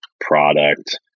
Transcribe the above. product